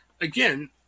Again